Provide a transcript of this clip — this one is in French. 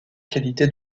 qualité